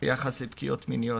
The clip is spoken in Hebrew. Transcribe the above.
ביחס לפגיעות מיניות.